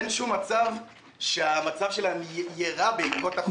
אין שום מצב שהמצב שלהם יהיה רע בעקבות החוק הזה.